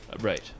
right